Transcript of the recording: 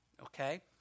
okay